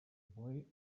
boy